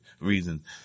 reasons